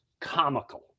comical